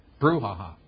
brouhaha